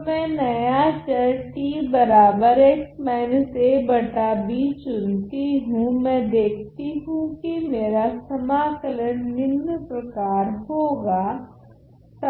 तो मैं नया चर चुनती हूँ मैं देखती हूँ की मेरा समाकलन निम्न प्रकार होगा तो